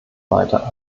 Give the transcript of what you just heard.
weiter